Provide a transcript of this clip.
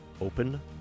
Open